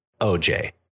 OJ